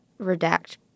redact